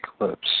eclipse